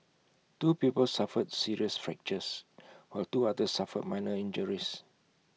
two people suffered serious fractures while two others suffered minor injuries